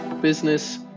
business